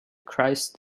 christ